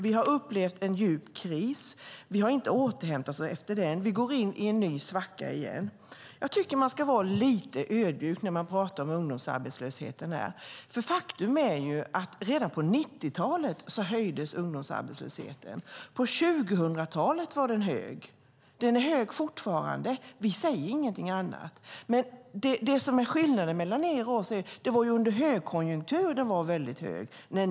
Vi har upplevt en djup kris som vi inte har återhämtat oss efter, och nu går vi in i en ny svacka. Jag tycker att man ska vara lite ödmjuk när man pratar om ungdomsarbetslösheten. Faktum är att redan på 90-talet steg ungdomsarbetslösheten, och i början av 2000-talet var den hög. Den är hög fortfarande - vi säger ingenting annat - men skillnaden mellan er och oss är att den var hög under högkonjunktur när ni styrde.